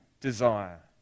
desire